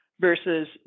versus